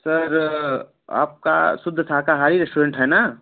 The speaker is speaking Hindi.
सर आपका शुद्ध शाकाहारी रेस्टोरेंट है ना